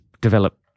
develop